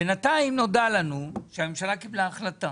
בינתיים נודע לנו שהממשלה קיבלה החלטה